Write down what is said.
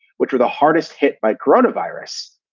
which were the hardest hit by corona virus,